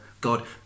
God